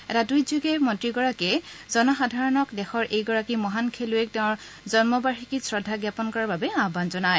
এটা টুইট যোগে মন্ত্ৰীগৰাকীয়ে জনসাধাৰণক দেশৰ এইগৰাকী মহান খেলুৱৈক তেওঁৰ জন্ম বাৰ্ষিকীত শ্ৰদ্ধা জ্ঞাপন কৰাৰ বাবে আহ্বান জনায়